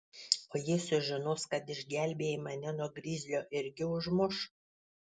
o jei sužinos kad išgelbėjai mane nuo grizlio irgi užmuš